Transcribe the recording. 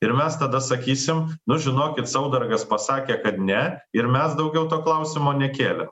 ir mes tada sakysim nu žinokit saudargas pasakė kad ne ir mes daugiau to klausimo nekėlė